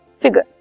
figure